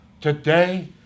Today